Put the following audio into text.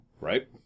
Right